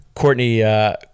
Courtney